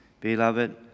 Beloved